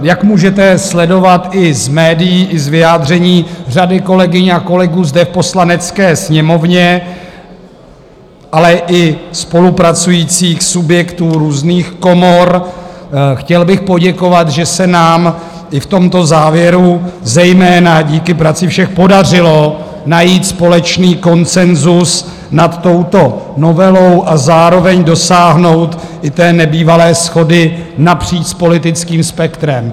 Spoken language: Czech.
Jak můžete sledovat i z médií i z vyjádření řady kolegyň a kolegů zde v Poslanecké sněmovně, ale i spolupracujících subjektů různých komor, chtěl bych poděkovat, že se nám i v tomto závěru, zejména díky práci všech, podařilo najít společný konsenzus nad touto novelou a zároveň dosáhnout i nebývalé shody napříč politickým spektrem.